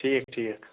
ٹھیٖک ٹھیٖک